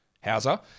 Hauser